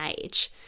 age